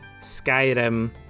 skyrim